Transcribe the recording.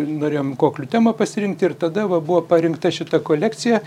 norėjom koklių temą pasirinkti ir tada va buvo parinkta šita kolekcija